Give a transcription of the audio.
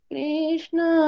Krishna